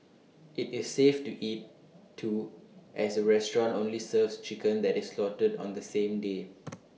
IT is safe to eat too as the restaurant only serves chicken that is slaughtered on the same day